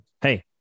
hey